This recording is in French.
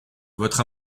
votre